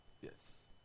Yes